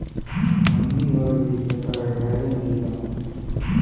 हमनी ओर भी एकर ढेरे मील बा